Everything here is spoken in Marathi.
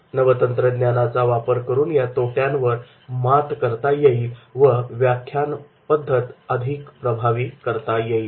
नवतंत्रज्ञानाचा वापर करून या तोट्यांवर मात करता येईल व व्याख्यान पद्धत अधिक प्रभावी करता येईल